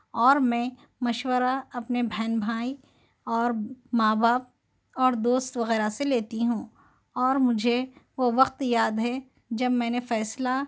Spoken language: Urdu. اور میں مشورہ اپنے بہن بھائی اور ماں باپ اور دوست وغیرہ سے لیتی ہوں اور مجھے وہ وقت یاد ہے جب میں نے فیصلہ